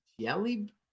jelly